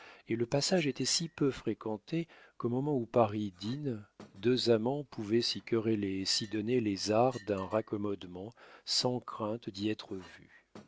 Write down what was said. et le passage était si peu fréquenté qu'au moment où paris dîne deux amants pouvaient s'y quereller et s'y donner les arrhes d'un raccommodement sans crainte d'y être vus